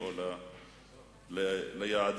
אתה יושב עם הגב לחברי סיעתך כשהם מנסים לשכנע את